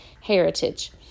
heritage